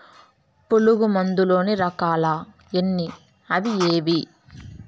పులుగు మందు లోని రకాల ఎన్ని అవి ఏవి?